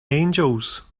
angels